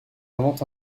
invente